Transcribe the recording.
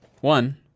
one